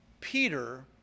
Peter